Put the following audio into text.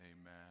amen